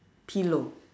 pillow